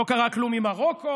לא קרה כלום ממרוקו,